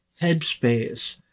headspace